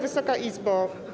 Wysoka Izbo!